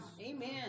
Amen